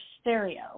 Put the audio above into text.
stereo